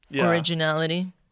originality